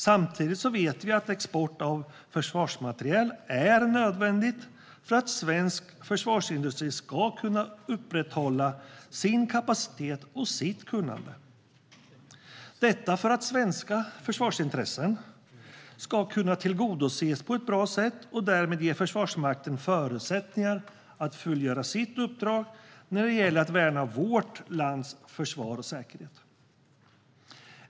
Samtidigt vet vi att export av försvarsmateriel är nödvändig för att svensk försvarsindustri ska kunna upprätthålla sin kapacitet och sitt kunnande så att svenska försvarsintressen ska kunna tillgodoses på ett bra sätt och därmed ge Försvarsmakten förutsättningar att fullgöra sitt uppdrag när det gäller att värna vårt lands försvar och säkerhet.